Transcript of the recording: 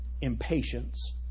Impatience